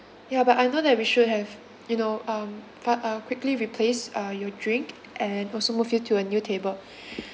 ya but I know that we should have you know um but uh quickly replace uh your drink and also move you to a new table